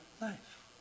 life